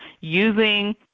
using